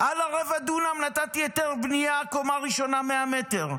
על הרבע דונם נתתי היתר בנייה קומה ראשונה 100 מטר,